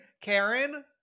Karen